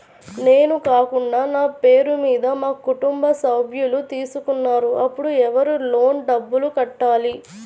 నేను కాకుండా నా పేరు మీద మా కుటుంబ సభ్యులు తీసుకున్నారు అప్పుడు ఎవరు లోన్ డబ్బులు కట్టాలి?